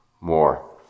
More